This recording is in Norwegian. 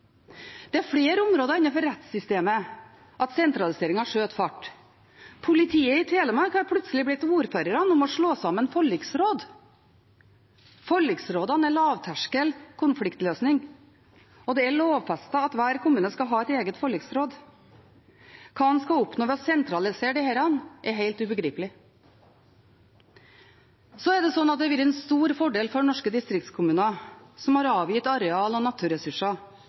Det er flere områder innenfor rettssystemet der sentraliseringen skyter fart. Politiet i Telemark har plutselig bedt ordførerne om å slå sammen forliksråd. Forliksrådene er lavterskel konfliktløsning, og det er lovfestet at hver kommune skal ha et eget forliksråd. Hva man skal oppnå ved å sentralisere disse, er helt ubegripelig. Så har det vært en stor fordel for norske distriktskommuner, som har avgitt areal og naturressurser,